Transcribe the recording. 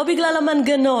לא בגלל המנגנון.